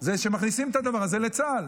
זה שמכניסים את הדבר הזה לצה"ל.